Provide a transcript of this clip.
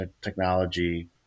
technology